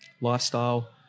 lifestyle